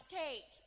cake